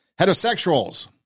Heterosexuals